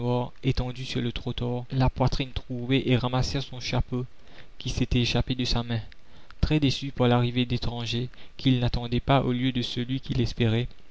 étendu sur le trottoir la poitrine trouée et ramassèrent son chapeau qui s'était échappé de sa main la commune très déçu par l'arrivée d'étrangers qu'il n'attendait pas au lieu de celui qu'il espérait